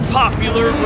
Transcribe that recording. popular